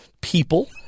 people